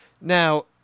Now